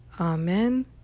Amen